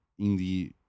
indie